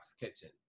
Kitchen